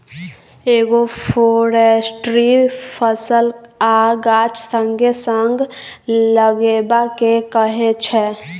agroforestry फसल आ गाछ संगे संग लगेबा केँ कहय छै